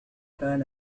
كان